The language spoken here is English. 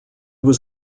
was